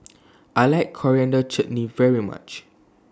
I like Coriander Chutney very much